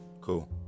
cool